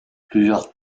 plusieurs